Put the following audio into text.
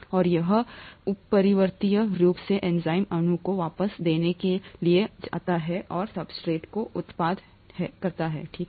और इस अपरिवर्तनीय रूप से एंजाइम अणु को वापस देने के लिए जाता है और सब्सट्रेट से उत्पाद ठीक है